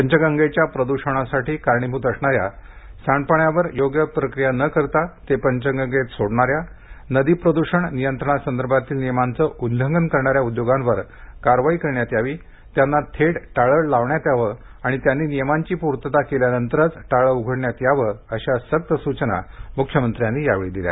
पंचगंगेच्या प्रदूषणासाठी कारणीभूत असणाऱ्या सांडपाण्यावर योग्य प्रक्रिया न करता ते पंचगंगेत सोडणाऱ्या नदी प्रदूषण नियंत्रणासंदर्भातील नियमांचं उल्लंघन करणाऱ्या उद्योगांवर कारवाई करण्यात यावी त्यांना थेट टाळं लावण्यात यावं आणि त्यांनी नियमांची पुर्तता केल्यानंतरच टाळं उघडण्यात यावं अशा सक्त सूचना मुख्यमंत्र्यांनी यावेळी दिल्या